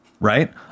Right